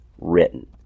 written